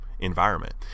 environment